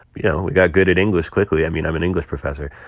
you know, we got good at english quickly. i mean, i'm an english professor.